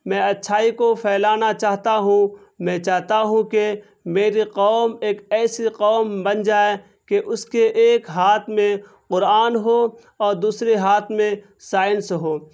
میں اچھائی کو پھیلانا چاہتا ہوں میں چاہتا ہوں کہ میری قوم ایک ایسی قوم بن جائے کہ اس کے ایک ہاتھ میں قرآن ہو اور دوسرے ہاتھ میں سائنس ہو